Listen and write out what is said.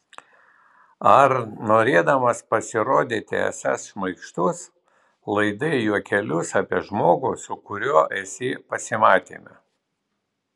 ar norėdamas pasirodyti esąs šmaikštus laidai juokelius apie žmogų su kuriuo esi pasimatyme